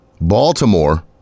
Baltimore